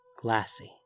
glassy